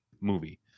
movie